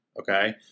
okay